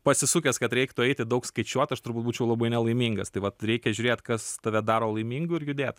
pasisukęs kad reiktų eiti daug skaičiuot aš turbūt būčiau labai nelaimingas tai vat reikia žiūrėt kas tave daro laimingu ir judėt